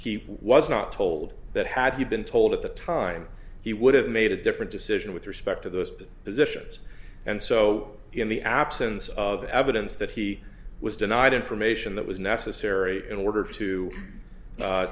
he was not told that had he been told at the time he would have made a different decision with respect to those positions and so in the absence of evidence that he was denied information that was necessary in order to